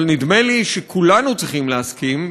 אבל נדמה לי שכולנו צריכים להסכים,